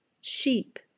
Sheep